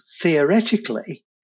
theoretically